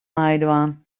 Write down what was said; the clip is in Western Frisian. meidwaan